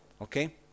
Okay